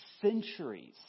centuries